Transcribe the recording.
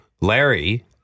Larry